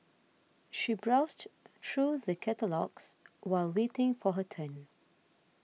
she browsed through the catalogues while waiting for her turn